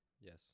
Yes